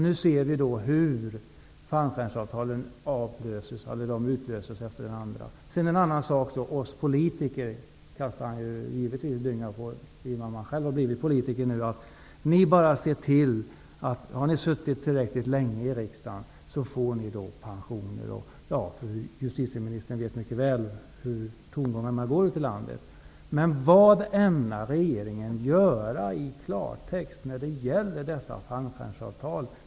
Nu ser vi hur det ena fallskärmsavtalet utlöses efter det andra. En annan sak är att de naturligtvis kastar dynga på oss politiker. De säger att vi bara ser till att om vi har suttit tillräckligt länge i riksdagen får vi pension. Fru justitieministern vet mycket väl hur tongångarna går ute i landet. Vad ämnar regeringen göra i klartext när det gäller dessa fallskärmsavtal?